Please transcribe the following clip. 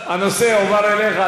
הנושא יועבר אליך.